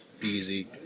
easy